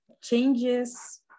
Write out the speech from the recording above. changes